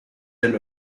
del